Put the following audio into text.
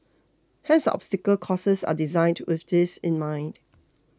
hence the obstacle courses are designed with this in mind